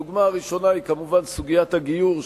הדוגמה הראשונה היא כמובן סוגיית הגיור,